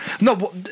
No